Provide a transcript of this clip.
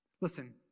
Listen